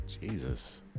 Jesus